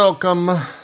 Welcome